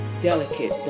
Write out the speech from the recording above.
delicate